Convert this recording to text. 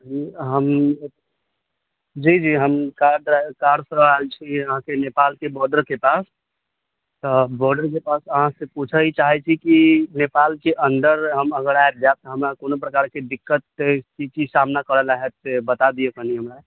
जी हम जी जी हम कार ड्रा कारसँ आएल छी जी अहाँकेँ नेपालके बॉर्डरके पास तऽ बॉर्डरके पास अहाँसँ पूछऽ ई चाहेैत छी कि नेपालके अन्दर हम अगर आबि जाएब तऽ हमरा कोनो प्रकारके दिक्कत की की सामना करऽला हाएत से बता दिअऽ कनि हमरा